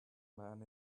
man